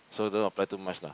so don't apply too much lah